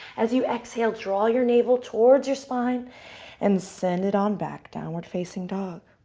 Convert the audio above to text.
as you exhale, draw your navel towards your spine and send it on back. downward facing dog.